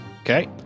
Okay